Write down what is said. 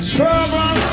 Trouble